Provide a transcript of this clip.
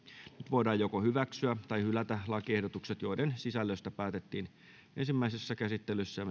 voidaan hyväksyä tai hylätä lakiehdotukset joiden sisällöstä päätettiin ensimmäisessä käsittelyssä